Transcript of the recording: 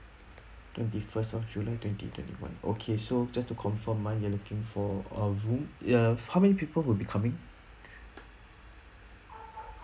twenty first of july twenty twenty one okay so just to confirm ah you're looking for ah room ya how many people will be coming